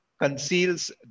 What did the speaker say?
conceals